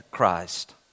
Christ